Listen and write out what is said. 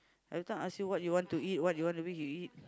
everytime ask you what you want to eat what you eat you eat